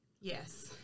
Yes